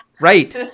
Right